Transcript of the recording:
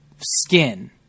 skin